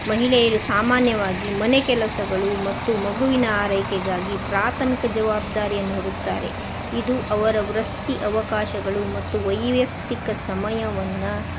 ಮಹಿಳೆಯರು ಸಾಮಾನ್ಯವಾಗಿ ಮನೆಕೆಲಸಗಳು ಮತ್ತು ಮಗುವಿನ ಆರೈಕೆಗಾಗಿ ಪ್ರಾಥಮಿಕ ಜವಾಬ್ದಾರಿಯನ್ನು ಹೊರುತ್ತಾರೆ ಇದು ಅವರ ವೃತ್ತಿ ಅವಕಾಶಗಳು ಮತ್ತು ವೈಯಕ್ತಿಕ ಸಮಯವನ್ನು